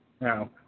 Now